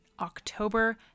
October